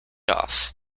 off